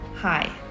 Hi